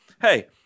hey